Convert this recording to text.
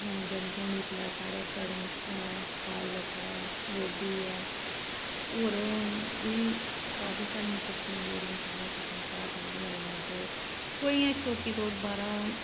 जानि के हून इसलै साढ़ै कड़म ऐ पालक ऐ गोभी ऐ होर बी काफी सारियां सब्जियां न जेह्ड़ियां साढ़ै असैं अपने घर दियां गै लाआ दियां न ते कोई इयां शौंकी तौर बाह्रा